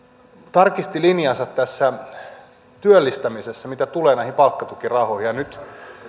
tarkisti linjansa tässä työllistämisessä mitä tulee näihin palkkatukirahoihin ja nyt